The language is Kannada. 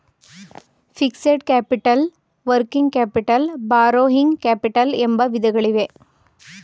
fixed capital working capital borrowing capital ಎಂಬ ವಿಧಗಳಿವೆ